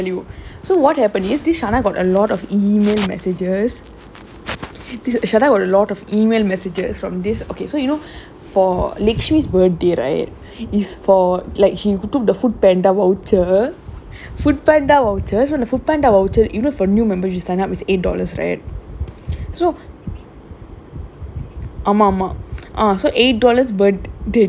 eh I tell you ah talking about discount code ah I just got a call from shanola I tell you so what happens this shano got a lot of email messages shano got a lot of email messages from this okay so you know for lixe birthday right she took the FoodPanda the FoodPanda voucher you know for new member you sign up is eight dollar right so